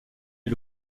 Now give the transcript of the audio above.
est